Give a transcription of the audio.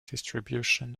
distribution